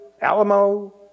Alamo